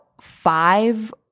five